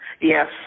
Yes